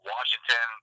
Washington